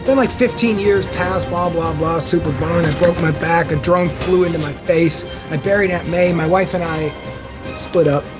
then like fifteen years pass, blah, blah, blah. super boring and broke my back. drunk flew into my face and buried at me. my wife and i split up,